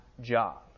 job